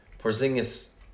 Porzingis